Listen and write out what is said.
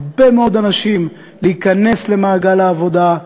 הרבה מאוד אנשים, להיכנס למעגל העבודה,